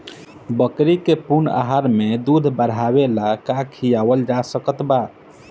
बकरी के पूर्ण आहार में दूध बढ़ावेला का खिआवल जा सकत बा?